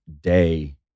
day